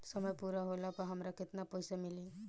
समय पूरा होला पर हमरा केतना पइसा मिली?